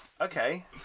Okay